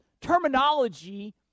terminology